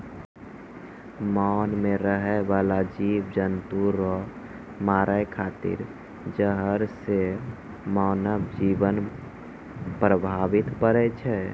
मान मे रहै बाला जिव जन्तु रो मारै खातिर जहर से मानव जिवन प्रभावित पड़ै छै